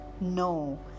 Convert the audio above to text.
No